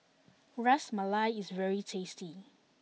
Ras Malai is very tasty